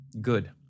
Good